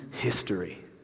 history